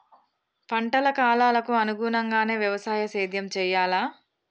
పంటల కాలాలకు అనుగుణంగానే వ్యవసాయ సేద్యం చెయ్యాలా?